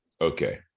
okay